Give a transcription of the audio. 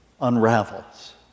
unravels